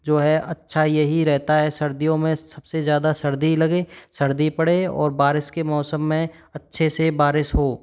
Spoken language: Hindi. जो है अच्छा यही रहता है सर्दियों में सबसे ज़्यादा सर्दी लगे सर्दी पड़े और बारिश के मौसम में अच्छे से बारिश हो